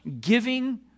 giving